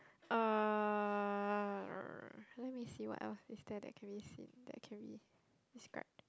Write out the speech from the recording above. uh let me see what is there than can we see that can we describe